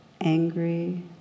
angry